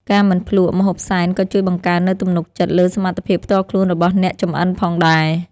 ការមិនភ្លក្សម្ហូបសែនក៏ជួយបង្កើននូវទំនុកចិត្តលើសមត្ថភាពផ្ទាល់ខ្លួនរបស់អ្នកចម្អិនផងដែរ។